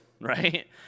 right